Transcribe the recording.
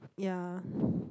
yeah